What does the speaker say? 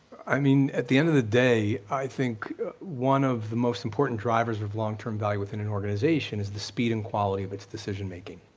i mean, at the end of the day, i think one of the most important drivers of long term value within an organization is the speed and quality of its decision making.